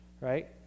right